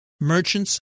merchants